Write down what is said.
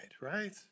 right